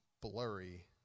blurry